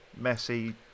Messi